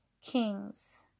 kings